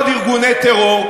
ולעוד ארגוני טרור,